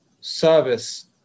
service